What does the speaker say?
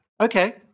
Okay